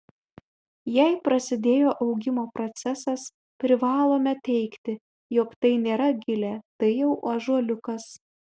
jei prasidėjo augimo procesas privalome teigti jog tai nėra gilė tai jau ąžuoliukas